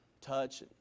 touch